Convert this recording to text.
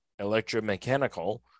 electromechanical